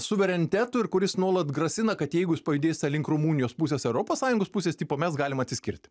suverenitetu ir kuris nuolat grasina kad jeigu jis pajudės link rumunijos pusės europos sąjungos pusės tipo mes galim atsiskirti